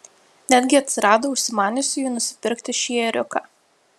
netgi atsirado užsimaniusiųjų nusipirkti šį ėriuką